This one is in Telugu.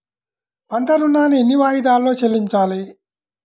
పంట ఋణాన్ని ఎన్ని వాయిదాలలో చెల్లించాలి?